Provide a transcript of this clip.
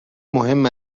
مهم